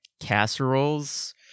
Casseroles